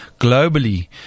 globally